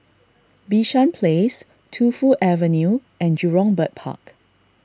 Bishan Place Tu Fu Avenue and Jurong Bird Park